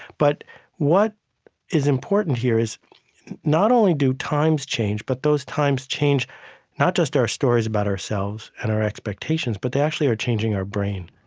but what is important here is not only do times change, but those times change not just our stories about ourselves and our expectations but they actually are changing our brain.